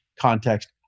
context